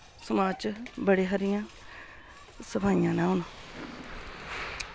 समाज च बड़ी हारियां सफाइयां न हून